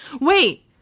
Wait